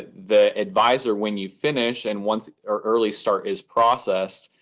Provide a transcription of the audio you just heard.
the adviser, when you finish and once early start is processed,